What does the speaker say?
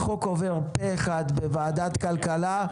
החוק עובר פה אחד בוועדת הכלכלה,